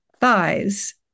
thighs